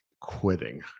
quitting